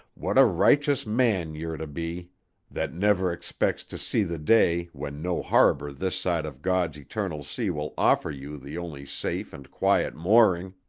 what a righteous man you're to be that never expects to see the day when no harbor this side of god's eternal sea will offer you the only safe and quiet mooring!